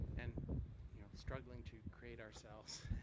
and you know, struggling to create ourselves.